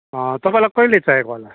तपाईँलाई कहिले चाहिएको होला